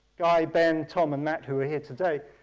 guy, ben, tom and matt, who are here today,